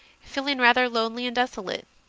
feeling rather lonely and desolate.